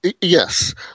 Yes